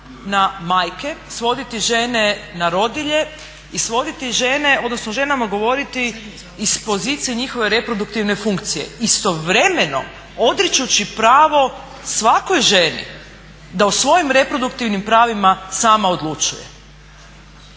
na majke, svoditi žene na roditelje i svoditi žene, odnosno ženama govoriti iz pozicije njihove reproduktivne funkcije istovremeno odričući pravo svakoj ženi da o svojim reproduktivnim pravima sama odlučuje.